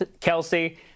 Kelsey